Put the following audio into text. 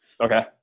Okay